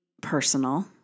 personal